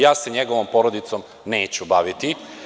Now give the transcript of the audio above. Ja se njegovom porodicom neću baviti.